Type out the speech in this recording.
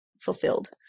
fulfilled